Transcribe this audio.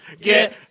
get